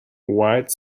white